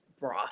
broth